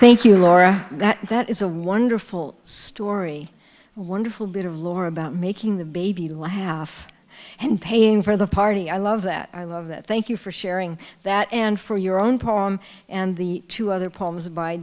thank you laura that is a wonderful story wonderful bit of lore about making the baby laugh and paying for the party i love that i love that thank you for sharing that and for your own poem and the two other poems by